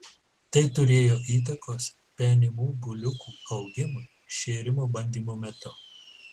tai turėjo įtakos penimų buliukų augimui šėrimo bandymo metu